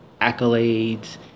accolades